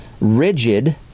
rigid